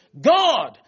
God